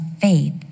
faith